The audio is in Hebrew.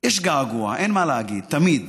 יש געגוע, אין מה להגיד, תמיד.